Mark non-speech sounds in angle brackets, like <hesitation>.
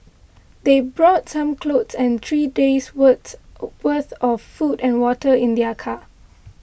they brought some clothes and three days' words <hesitation> worth of food and water in their car